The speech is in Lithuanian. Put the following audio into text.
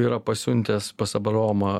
yra pasiuntęs pas abraomą